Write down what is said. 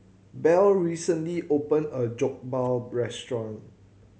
Bell recently opened a new Jokbal restaurant